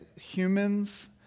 humans